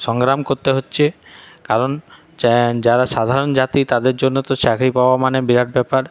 সংগ্রাম করতে হচ্ছে কারণ যা যারা সাধারণ জাতি তাদের জন্য তো চাকরি পাওয়া মানে বিরাট ব্যাপার